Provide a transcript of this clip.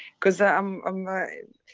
because i'm. i'm. like